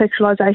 sexualisation